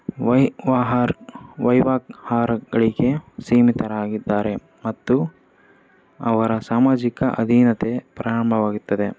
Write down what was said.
ವೈವಾಹರ್ ವೈವಾಹಾರಗಳಿಗೆ ಸೀಮಿತರಾಗಿದ್ದಾರೆ ಮತ್ತು ಅವರ ಸಾಮಾಜಿಕ ಅಧೀನತೆ ಪ್ರಾರಂಭವಾಗುತ್ತದೆ